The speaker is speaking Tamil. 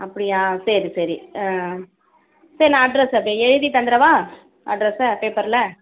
அப்படியா சரி சரி ஆ சரி நான் அட்ரெஸ்ஸை அப்போ எழுதி தந்துடவா அட்ரெஸ்ஸை பேப்பரில்